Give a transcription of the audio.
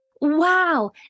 Wow